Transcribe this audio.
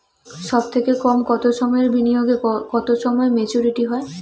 সবথেকে কম কতো সময়ের বিনিয়োগে কতো সময়ে মেচুরিটি হয়?